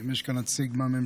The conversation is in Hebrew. ואם יש כאן נציג מהממשלה,